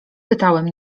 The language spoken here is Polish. pytałem